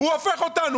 אבל הוא הופך אותנו,